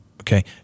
okay